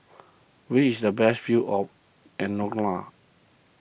where is the best view in andorra